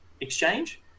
exchange